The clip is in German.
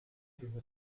gehört